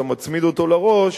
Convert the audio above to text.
כשאתה מצמיד אותו לראש,